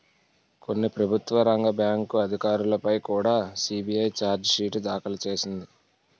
కొన్ని ప్రభుత్వ రంగ బ్యాంకు అధికారులపై కుడా సి.బి.ఐ చార్జి షీటు దాఖలు చేసింది